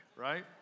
right